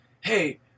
Hey